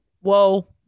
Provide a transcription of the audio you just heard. Whoa